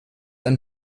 ein